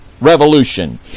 revolution